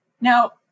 Now